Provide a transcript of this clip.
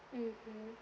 mmhmm